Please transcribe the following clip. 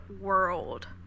world